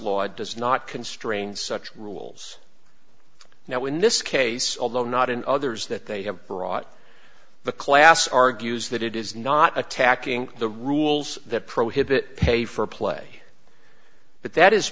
law does not constrain such rules now in this case although not in others that they have brought the class argues that it is not attacking the rules that prohibit pay for play but that is